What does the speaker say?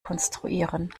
konstruieren